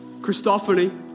Christophany